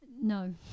no